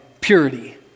purity